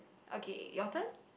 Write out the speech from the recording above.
okay your turn